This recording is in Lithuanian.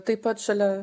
taip pat šalia